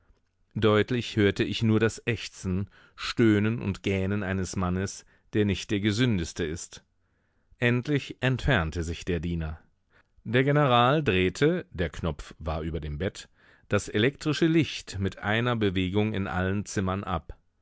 deutlich hörte ich nur das ächzen stöhnen und gähnen eines mannes der nicht der gesündeste ist endlich entfernte sich der diener der general drehte der knopf war über dem bett das elektrische licht mit einer bewegung in allen zimmern ab